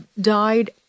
died